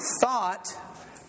thought